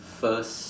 first